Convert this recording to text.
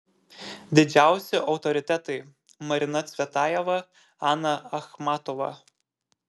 didžiausi autoritetai marina cvetajeva ana achmatova